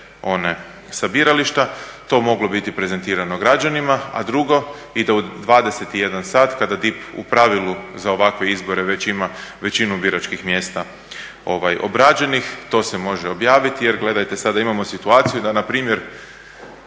one sa birališta to moglo biti prezentirano građanima. A drugo i da u 21,00 sat kada DIP u pravilu za ovakve izbore već ima većinu biračkih mjesta obrađenih to se može objaviti, jer gledajte sada imamo situaciju da na primjer